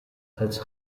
als